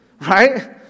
Right